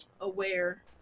aware